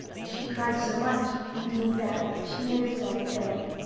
she cried so much, indeed, that she made herself ill.